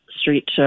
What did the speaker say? street